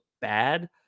bad